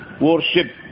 worship